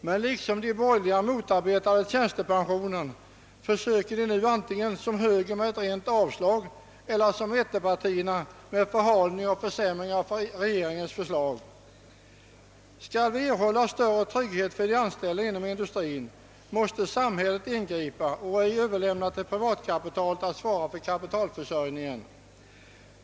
Men på samma sätt som de borgerliga motarbetade tjänstepensionen försöker de nu antingen som högern med ett rent avslag eller som mittenpartierna med en förhalning och försämring av regeringens förslag. Skall vi erhålla större trygghet för de anställda inom industrin måste samhället ingripa och inte överlämna till privatkapitalet att svara för kapitalförsörjningen.